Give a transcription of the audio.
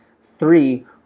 three